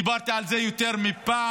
דיברתי על זה יותר מפעם,